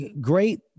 great